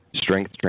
strength